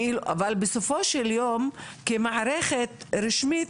אבל בסופו של יום כמערכת רשמית,